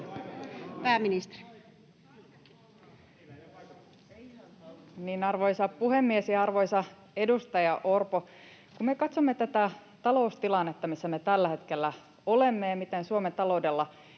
Content: Arvoisa puhemies! Arvoisa edustaja Orpo, kun me katsomme tätä taloustilannetta, missä me tällä hetkellä olemme, ja katsomme, miten Suomen taloudella